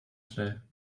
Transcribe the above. schnell